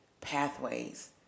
Pathways